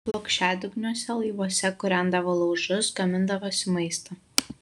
plokščiadugniuose laivuose kūrendavo laužus gamindavosi maistą